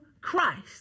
Christ